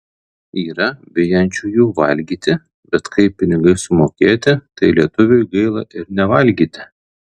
yra bijančiųjų valgyti bet kai pinigai sumokėti tai lietuviui gaila ir nevalgyti